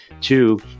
two